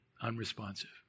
unresponsive